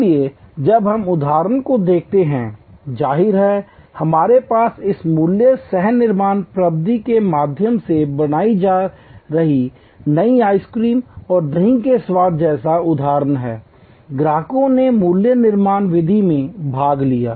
इसलिए जब हम उदाहरणों को देखते हैं जाहिर है हमारे पास इस मूल्य सह निर्माण पद्धति के माध्यम से बनाई जा रही नई आइसक्रीम और दही के स्वाद जैसे उदाहरण हैं ग्राहकों ने मूल्य निर्माण विधि में भाग लिया